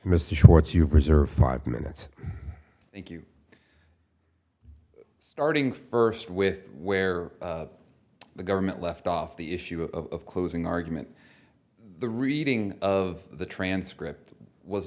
mr shortz you've reserved five minutes thank you starting first with where the government left off the issue of closing argument the reading of the transcript was